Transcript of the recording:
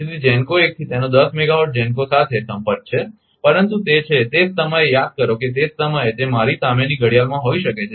તેથી GENCO 1 થી તેનો 1 મેગાવાટ GENCO સાથે સંપર્ક છે પરંતુ તે છે તે જ સમયે યાદ કરો કે તે જ સમયે તે મારી સામેની ઘડિયાળમાં હોઈ શકે છે